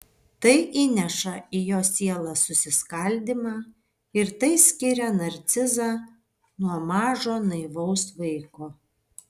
tai įneša į jo sielą susiskaldymą ir tai skiria narcizą nuo mažo naivaus vaiko